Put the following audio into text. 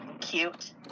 cute